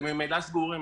אתם ממילא סגורים,